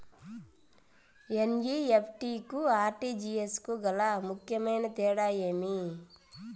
NEFT కు RTGS కు గల ముఖ్యమైన తేడా ఏమి?